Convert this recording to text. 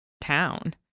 town